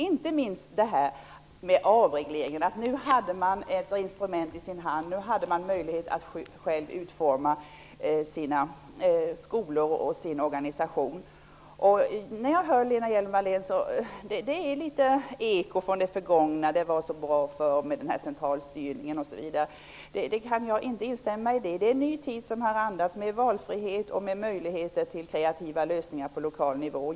Inte minst detta med avregleringen -- nu hade man ett instrument i sin hand med möjlighet att själv utforma sina skolor och sin organisation. När jag hör Lena Hjelm-Wallén är det som ett litet eko från det förgångna -- det var så bra med centralstyrningen osv. Jag kan inte instämma. Det har randats en ny tid med valfrihet och möjligheter till kreativa lösningar på lokal nivå.